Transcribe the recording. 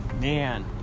Man